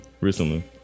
recently